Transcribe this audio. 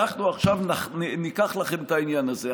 אנחנו עכשיו ניקח לכם את העניין הזה.